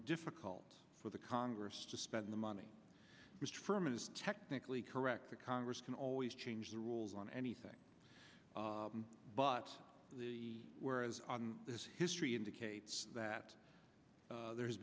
difficult for the congress to spend the money just firm it is technically correct that congress can always change the rules on anything but the whereas on this history indicates that there